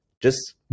just-